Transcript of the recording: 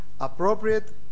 Appropriate